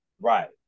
right